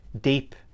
deep